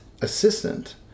assistant